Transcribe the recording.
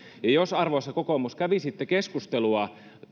jos arvoisa kokoomus kävisitte keskustelua